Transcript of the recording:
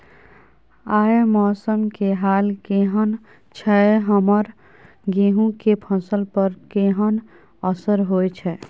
आय मौसम के हाल केहन छै हमर गेहूं के फसल पर केहन असर होय छै?